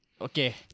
Okay